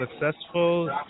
successful